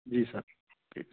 जी sir ठीक